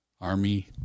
army